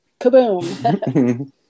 Kaboom